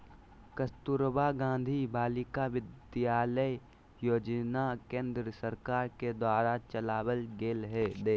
कस्तूरबा गांधी बालिका विद्यालय योजना केन्द्र सरकार के द्वारा चलावल गेलय हें